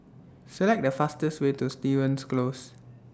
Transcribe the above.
Select The fastest Way to Stevens Close